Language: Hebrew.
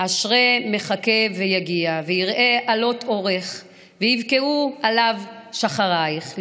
"אשרי מחכה ויגיע ויראה עלות / אורך וייבקעו עליו שחרייך,